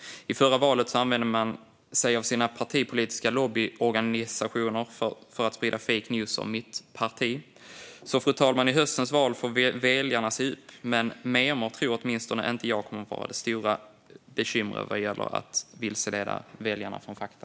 I förra valet använde man sig av sina partipolitiska lobbyorganisationer för att sprida fake news om mitt parti, fru talman, så i höstens val får väljarna se upp. Men memer tror åtminstone inte jag kommer att vara det stora bekymret när det gäller att vilseleda väljarna från fakta.